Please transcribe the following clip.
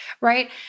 right